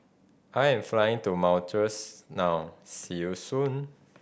I am flying to Mauritius now see you soon